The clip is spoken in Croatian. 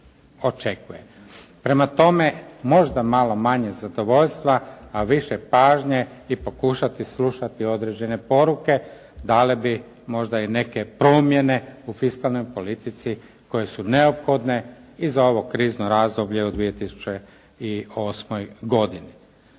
očekuje. Prema tome, možda malo manje zadovoljstva, a više pažnje i pokušati slušati određene poruke, dale bi možda i neke promjene u fiskalnoj politici koje su neophodne i za ovo krizno razdoblje u 2008. godini.